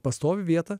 pastovi vieta